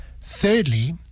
Thirdly